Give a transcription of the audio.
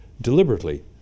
deliberately